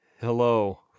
hello